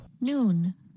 Noon